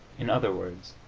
in other words,